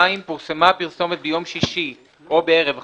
(2)פורסמה הפרסומת ביום שישי או בערב חג,